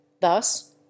Thus